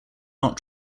not